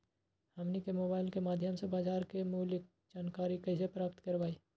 हमनी के मोबाइल के माध्यम से बाजार मूल्य के जानकारी कैसे प्राप्त करवाई?